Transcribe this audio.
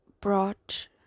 brought